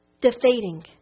defeating